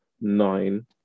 nine